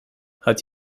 hat